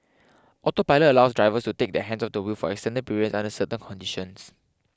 autopilot allows drivers to take their hands off the wheel for extended periods under certain conditions